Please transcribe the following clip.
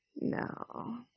No